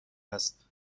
است